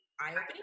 eye-opening